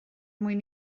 mwyn